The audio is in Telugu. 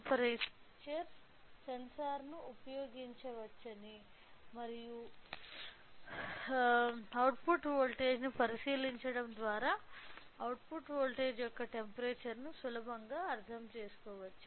దీనితో మేము ఈ ప్రత్యేకమైన టెంపరేచర్ సెన్సార్ను ఉపయోగించవచ్చని మరియు అవుట్పుట్ వోల్టేజ్ను పరిశీలించడం ద్వారా అవుట్పుట్ వోల్టేజ్ మొక్క టెంపరేచర్ ను సులభంగా అర్థం చేసుకోవచ్చు